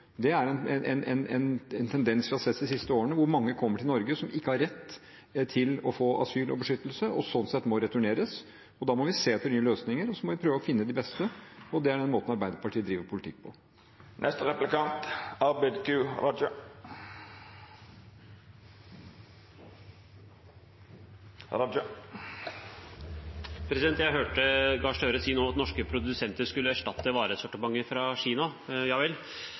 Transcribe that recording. Det er en tendens vi har sett de siste årene, der mange kommer til Norge og ikke har rett til å få asyl og beskyttelse, og sånn sett må returneres. Da må vi se etter nye løsninger, og så må vi prøve å finne de beste, og det er den måten Arbeiderpartiet driver politikk på. Jeg hørte Gahr Støre si nå at norske produsenter skulle erstatte varesortimentet fra Kina – ja vel.